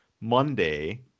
Monday